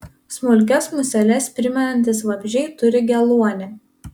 smulkias museles primenantys vabzdžiai turi geluonį